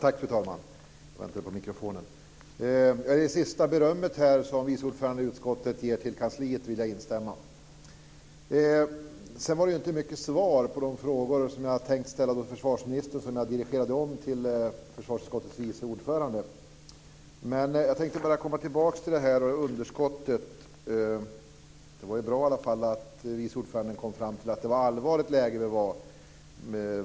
Fru talman! Jag vill instämma i det beröm som vice ordföranden i utskottet ger till kansliet. Sedan fick jag inte mycket till svar på de frågor som jag hade tänkt ställa till försvarsministern och som jag dirigerade om till försvarsutskottets vice ordförande. Jag tänkte komma tillbaka till det här underskottet. Det var bra att vice ordföranden i alla fall kom fram till att det var ett allvarligt läge.